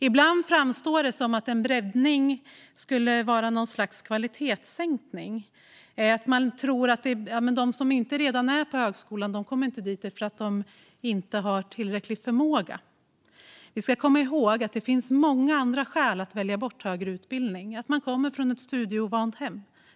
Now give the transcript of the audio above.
Ibland framstår det som att en breddning skulle vara något slags kvalitetssänkning; man tror att anledningen till att vissa inte kommer till högskolan är att de inte har tillräcklig förmåga. Men vi ska komma ihåg att det finns många andra anledningar till att man väljer bort högre utbildning, till exempel att man kommer från ett studieovant hem.